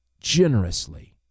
generously